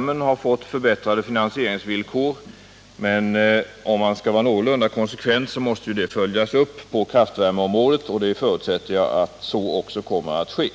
man har fått förbättrade finansieringsvillkor för fjärrvärmen. Men om man skall vara någorlunda konsekvent måste det följas upp på kraftvärmeområdet, och jag förutsätter att så också kommer att ske.